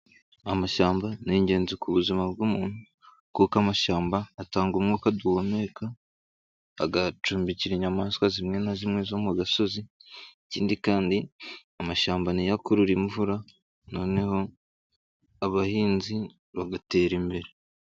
Amashyamba ni ingenzi ku buzima bw'umuntu kuko amashyamba atanga umwuka duhumeka, agacumbikira inyamaswa zimwe na zimwe zo mu gasozi, ikindi kandi, amashyamba niyakurura imvura, noneho abahinzi bagatera imbere.